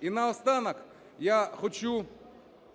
І наостанок я хочу